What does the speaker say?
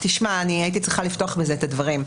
הייתי צריכה לפתוח בזה את הדברים,